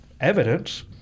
evidence